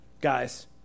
guys